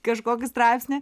kažkokį straipsnį